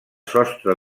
sostre